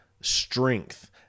strength